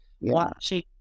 watching